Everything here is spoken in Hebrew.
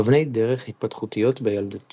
אבני דרך התפתחותיות בילדות